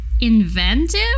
Inventive